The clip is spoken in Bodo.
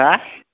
हो